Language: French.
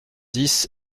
dix